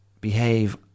behave